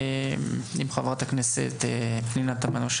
יחד עם חברת הכנסת פנינה תמנו,